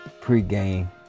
pre-game